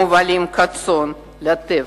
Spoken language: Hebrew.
מובלים כצאן לטבח,